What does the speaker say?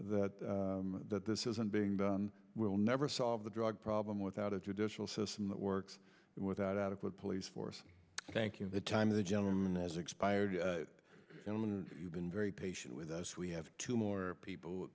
that that this isn't being done will never solve the drug problem without a judicial system that works without adequate police force thank you the time the gentleman has expired and you've been very patient with us we have two more people